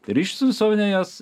ryšių su visuomene jos